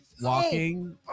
Walking